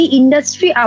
industry